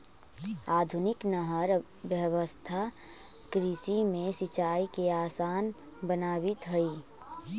आधुनिक नहर व्यवस्था कृषि में सिंचाई के आसान बनावित हइ